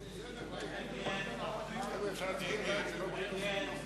מוגנת לקרובים בנכסים